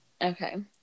Okay